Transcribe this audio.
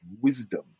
wisdom